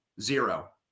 Zero